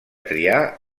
triar